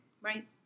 right